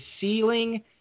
ceiling